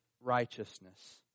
righteousness